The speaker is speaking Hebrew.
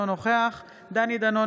אינו נוכח דני דנון,